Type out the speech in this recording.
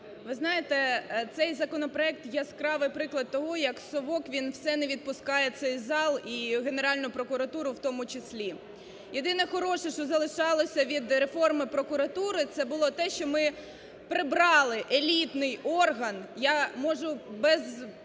Ви знаєте, цей законопроект – яскравий приклад того, як "совок" він все не відпускає цей зал і Генеральну прокуратуру в тому числі. Єдине хороше, що залишалося від реформи прокуратури це було те, що ми прибрали елітний орган, я можу без